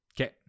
Okay